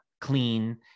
clean